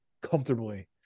comfortably